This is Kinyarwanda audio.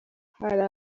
hari